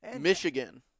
Michigan